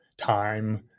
time